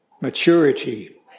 maturity